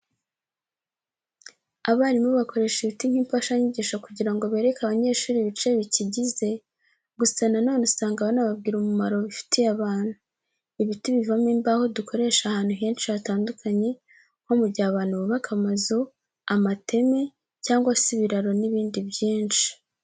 Abarimu bakoresha ibiti nk'imfashanyigisho kugira ngo bereke abanyeshuri ibice bikigize, gusa na none usanga banababwira umumaro bifitiye abantu. Ibiti bivamo imbaho dukoresha ahantu henshi hatandukanye nko mu gihe abantu bubaka amazu, amateme cyangwa se ibiraro n'ibindi byinshi.